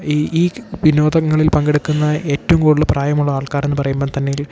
ഈ ഈ ക് വിനോദങ്ങളിൽ പങ്കെടുക്കുന്ന ഏറ്റവും കൂടുതൽ പ്രായമുള്ള ആൾക്കാർ എന്ന് പറയുമ്പോൾ തന്നേൽ